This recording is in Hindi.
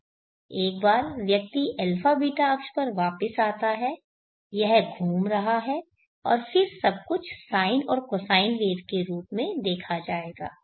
एक बार व्यक्ति α β अक्ष पर वापस आता है यह घूम रहा है और फिर सब कुछ साइन और कोसाइन वेव के रूप में देखा जाएगा